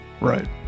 right